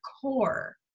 core